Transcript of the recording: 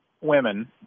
women